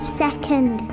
second